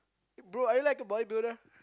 bro are you like a body builder